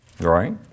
Right